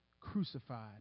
crucified